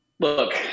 Look